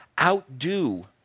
outdo